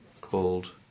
called